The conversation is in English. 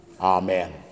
Amen